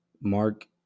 Mark